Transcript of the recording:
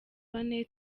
bane